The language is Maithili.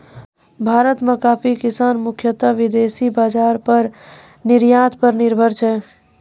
भारत मॅ कॉफी किसान मुख्यतः विदेशी बाजार पर निर्यात पर निर्भर छै